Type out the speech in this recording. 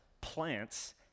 plants